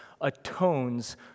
atones